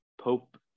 Pope